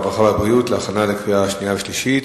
הרווחה והבריאות להכנה לקריאה שנייה ושלישית.